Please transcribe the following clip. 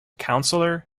councillor